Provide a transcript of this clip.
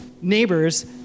neighbors